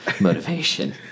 motivation